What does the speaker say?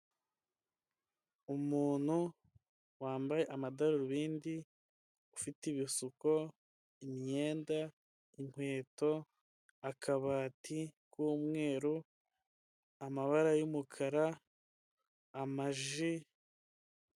Umuntu wambaye amadarubindi ufite ibisuko, imyenda, inkweto akabati k'umweru, Amabara y'umukara amaji.